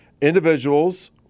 individuals